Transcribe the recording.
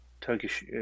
Turkish